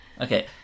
okay